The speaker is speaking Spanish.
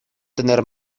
tener